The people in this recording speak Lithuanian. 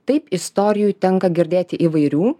taip istorijų tenka girdėti įvairių